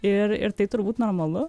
ir ir tai turbūt normalu